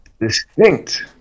distinct